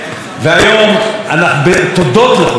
תודות לדברים שנקבעו בו בשנות ה-90,